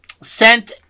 Sent